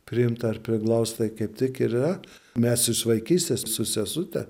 priimt ar priglaust tai kaip tik ir yra mes iš vaikystės su sesute